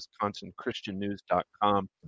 wisconsinchristiannews.com